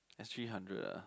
there's three hundred lah